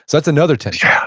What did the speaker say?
that's another tension yeah,